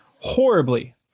horribly